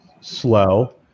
slow